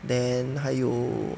then 还有